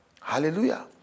Hallelujah